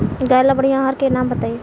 गाय ला बढ़िया आहार के नाम बताई?